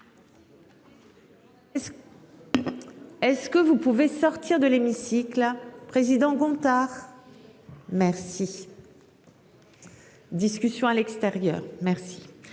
Est-ce que vous pouvez sortir de l'hémicycle a président Gontard. Merci. Discussion à l'extérieur. Merci